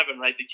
right